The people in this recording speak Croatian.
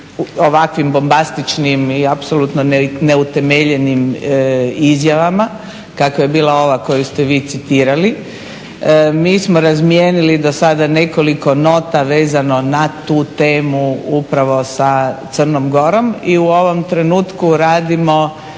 ovakvim bombastičnim i jasno ne utemeljenim izjavama kakva je bila ova koju ste vi citirali. Mi smo razmijenili do sada nekoliko nota vezano na tu temu upravo sa Crnom Gorom. I u ovom trenutku radimo